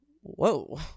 Whoa